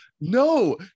no